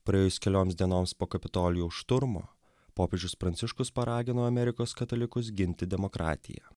praėjus kelioms dienoms po kapitolijaus šturmo popiežius pranciškus paragino amerikos katalikus ginti demokratiją